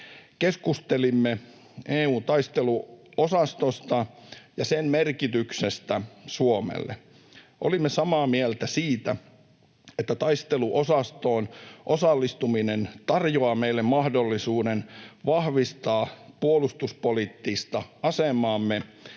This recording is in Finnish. Keskustelimme EU:n taisteluosastosta ja sen merkityksestä Suomelle. Olimme samaa mieltä siitä, että taisteluosastoon osallistuminen tarjoaa meille mahdollisuuden vahvistaa puolustuspoliittista asemaamme